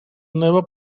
nuevo